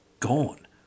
gone